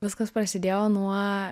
viskas prasidėjo nuo